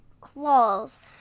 claws